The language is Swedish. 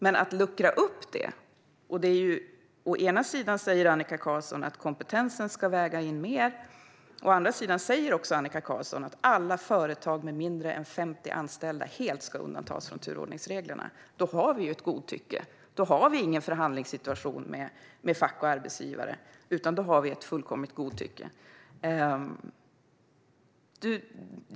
Annika Qarlsson säger å ena sidan att kompetensen ska vägas in mer och å andra sidan att alla företag med mindre än 50 anställda helt ska undantas. Om man luckrar upp det vi har nu får vi ett fullkomligt godtycke och har ingen förhandlingssituation mellan facket och arbetsgivaren.